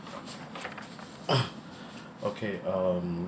okay um